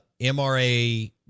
MRA